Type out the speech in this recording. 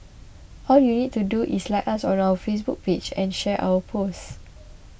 all you need to do is like us on our Facebook page and share our post